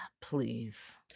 Please